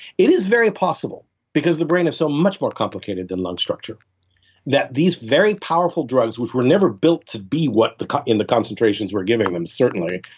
it is very impossible because the brain is so much more complicated than lung structure that, these very powerful drugs which were never built to be what, in the concentrations we're giving them certainly.